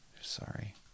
Sorry